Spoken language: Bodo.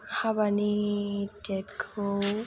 हाबानि डेटखौ